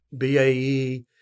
BAE